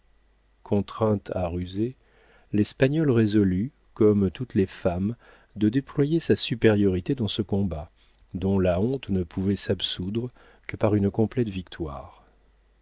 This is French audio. contrainte à ruser l'espagnole résolut comme toutes les femmes de déployer sa supériorité dans ce combat dont la honte ne pouvait